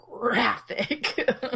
graphic